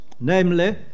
namely